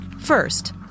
First